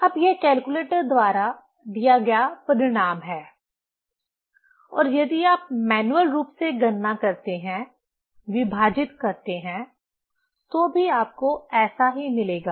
अब यह कैलकुलेटर द्वारा दिया गया परिणाम है या यदि आप मैन्युअल रूप से गणना करते हैं विभाजित करते हैं तो भी आपको ऐसा ही मिलेगा